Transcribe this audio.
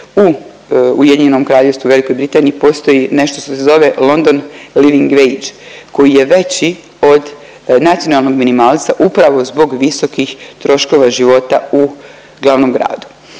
života. U UK, Velikoj Britaniji postoji nešto što se zove London living vage, koji je veći od nacionalnog minimalca, upravo zbog visokih troškova života u glavnom gradu.